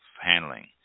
handling